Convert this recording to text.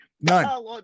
None